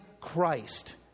christ